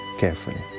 carefully